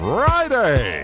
Friday